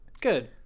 Good